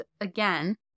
again